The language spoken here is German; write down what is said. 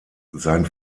sein